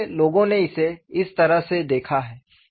इसलिए लोगों ने इसे इस तरह से देखा है